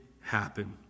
happen